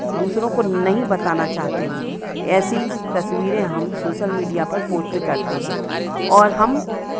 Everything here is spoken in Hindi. दूसरों को नहीं बताना चाहते हों ऐसी तस्वीरें हम सोशल मीडिया पर पोस्ट करते हैं और हम